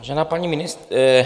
Vážená paní ministryně...